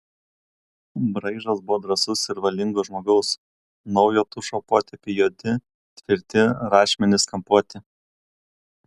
braižas buvo drąsaus ir valingo žmogaus naujo tušo potėpiai juodi tvirti rašmenys kampuoti